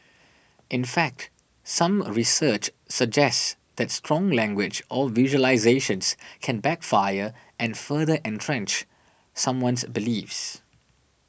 in fact some a research suggests that strong language or visualisations can backfire and further entrench someone's beliefs